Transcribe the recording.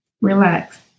Relax